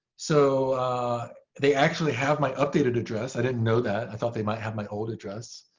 so they actually have my updated address. i didn't know that. i thought they might have my old address.